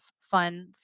fun